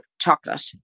chocolate